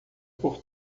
por